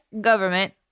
government